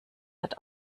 hat